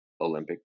Olympic